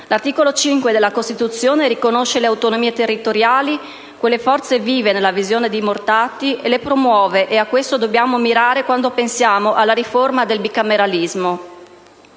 L'articolo 5 della Costituzione riconosce le autonomie territoriali - quelle «forze vive» nella visione di Mortati - e le promuove: a questo dobbiamo mirare quando pensiamo alla riforma del bicameralismo.